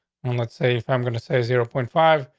and let's say if i'm going to say zero point five,